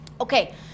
Okay